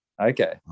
Okay